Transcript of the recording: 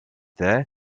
there